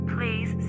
Please